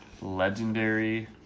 legendary